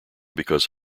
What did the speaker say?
because